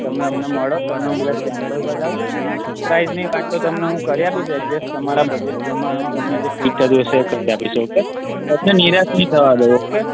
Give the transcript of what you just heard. તમે અમને મળો તમને હું બધા સેમ્પલ બતાવું પ્રાઈસની વાત તો તમને હું કરી આપીશ અડજેસ તમારા બજેટ પ્રમાણે તમને જે ફીટ થતું હશે એ કરી આપીશ ઓકે તમને નિરાશ નહીં થવા દઉં ઓકે